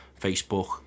Facebook